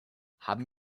haben